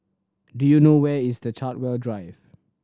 do you know where is the Chartwell Drive